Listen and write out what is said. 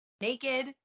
naked